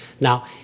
Now